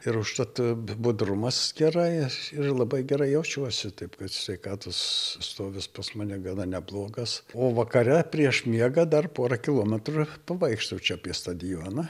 ir užtat budrumas gerai ir ir labai gerai jaučiuosi taip kad sveikatos stovis pas mane gana neblogas o vakare prieš miegą dar porą kilometrų pavaikštau čia apie stadioną